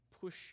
push